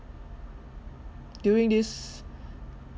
during this